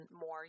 more